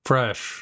Fresh